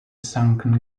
sunken